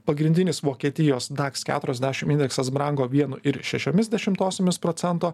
pagrindinis vokietijos daks keturiasdešim indeksas brango vienu ir šešiomis dešimtosiomis procento